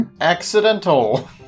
Accidental